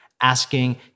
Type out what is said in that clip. asking